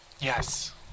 yes